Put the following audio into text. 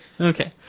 Okay